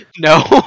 No